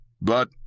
But